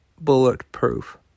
bulletproof